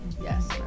yes